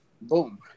Boom